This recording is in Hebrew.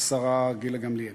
השרה גילה גמליאל,